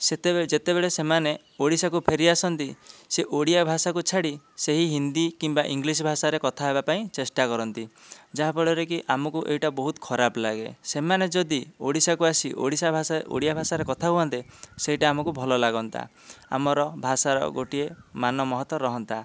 ସେତେବେଳେ ଯେତେବେଳେ ସେମାନେ ଓଡ଼ିଶା କୁ ଫେରି ଆସନ୍ତି ସିଏ ଓଡ଼ିଆ ଭାଷାକୁ ଛାଡ଼ି ସେଇ ହିନ୍ଦୀ କିମ୍ବା ଇଂଗ୍ଲିଶ୍ ଭାଷାରେ କଥା ହେବା ପାଇଁ ଚେଷ୍ଟା କରନ୍ତି ଯାହାଫଳରେ କି ଆମକୁ ଏଇଟା ବହୁତ ଖରାପ୍ ଲାଗେ ସେମାନେ ଯଦି ଓଡ଼ିଶାକୁ ଆସି ଓଡ଼ିଶା ଭାଷା ଓଡ଼ିଆ ଭାଷାରେ କଥା ହୁଅନ୍ତେ ସେଇଟା ଆମକୁ ଭଲ ଲାଗନ୍ତା ଆମର ଭାଷା ର ଗୋଟିଏ ମାନମହତ ରୁହନ୍ତା